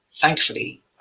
thankfully